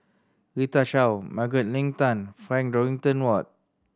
Rita Chao Margaret Leng Tan Frank Dorrington Ward